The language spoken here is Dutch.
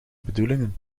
bedoelingen